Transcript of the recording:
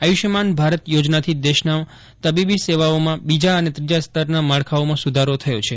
આયુષ્માન ભારત યોજનામાંથી દેશમાં તબીબી સેવાઓમાં બીજા અને ત્રીજા સ્તરના માળખાઓમાં સુધારો થયો છે